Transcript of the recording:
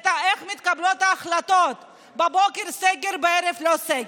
איך מתקבלות ההחלטות: בבוקר סגר, בערב לא סגר,